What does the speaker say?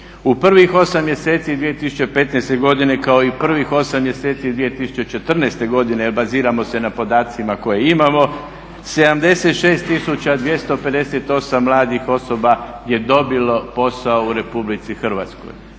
U prvih 8 mjeseci 2015. godine kao i prvih 8 mjeseci 2014. godine, jer baziramo se na podacima koje imamo 76 tisuća 258 mladih osoba je dobilo posao u Republici Hrvatskoj,